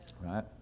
right